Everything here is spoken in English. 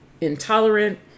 intolerant